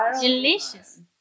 Delicious